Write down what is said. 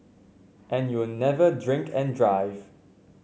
and you'll never drink and drive